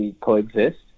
coexist